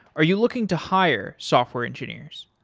are you looking to hire software engineers?